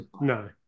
no